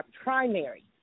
primary